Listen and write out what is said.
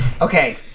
Okay